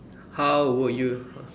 how would you